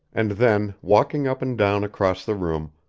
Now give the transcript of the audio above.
and then, walking up and down across the room,